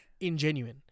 Ingenuine